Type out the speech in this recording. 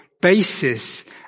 basis